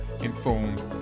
informed